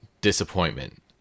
disappointment